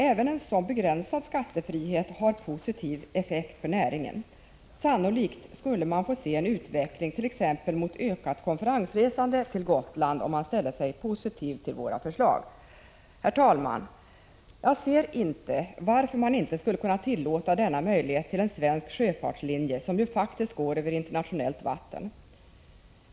Även en sådan begränsad skattefrihet har positiv effekt för näringen. Sannolikt skulle vi få se en utveckling mot t.ex. ökat konferensresande till Gotland, om riksdagen ställde sig bakom våra förslag. Herr talman! Jag inser inte varför man inte skulle kunna tillåta denna möjlighet till en svensk sjöfartslinje, som faktiskt går över internationellt vatten.